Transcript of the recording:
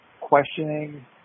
questioning